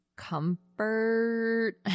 comfort